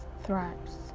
thrives